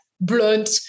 blunt